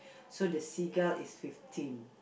so the seagull is fifteen